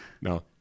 No